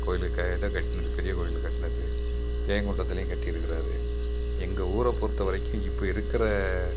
கோவிலுக்கு இதை கட்டினது பெரிய கோவில் கட்டினது ஜெயங்கொண்டதுலயும் கட்டி இருக்கிறாரு எங்கள் ஊரை பொருத்த வரைக்கும் இப்போ இருக்கிற